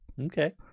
Okay